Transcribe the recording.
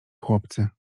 chłopcy